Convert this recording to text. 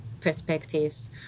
perspectives